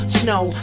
snow